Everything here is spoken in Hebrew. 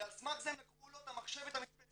ועל סמך זה הם לקחו לו את המחשב ואת המדפסת.